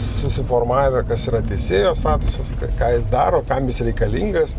susiformavę kas yra teisėjo statusas ką jis daro kam jis reikalingas